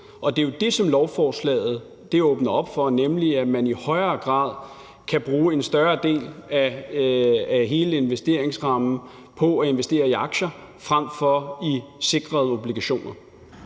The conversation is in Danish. det er jo det, som lovforslaget åbner op for, nemlig at man i højere grad kan bruge en større del af hele investeringsrammen på at investere i aktier frem for i sikrede obligationer.